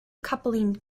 coupling